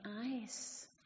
eyes